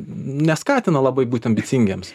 neskatina labai būt ambicingiems